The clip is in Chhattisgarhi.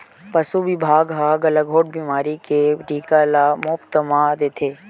पसु बिभाग ह गलाघोंट बेमारी के टीका ल मोफत म देथे